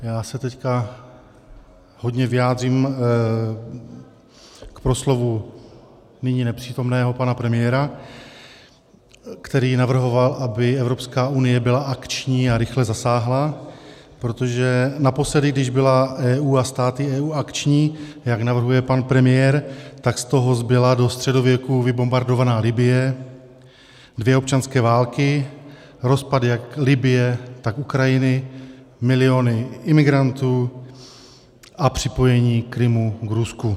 Já se teď hodně vyjádřím k proslovu nyní nepřítomného pana premiéra, který navrhoval, aby Evropská unie byla akční a rychle zasáhla, protože naposledy, když byla EU a státy EU akční, jak navrhuje pan premiér, tak z toho zbyla do středověku vybombardovaná Libye, dvě občanské války, rozpad jak Libye, tak Ukrajiny, miliony imigrantů a připojení Krymu k Rusku.